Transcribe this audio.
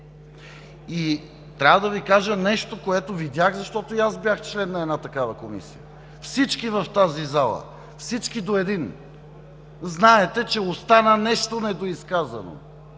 Трябва да Ви кажа нещо, което видях, защото и аз бях член на една такава комисия. Всички в тази зала, всички до един знаете, че остана нещо недоизказано